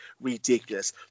ridiculous